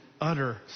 utter